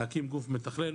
להקים גוף מתכלל.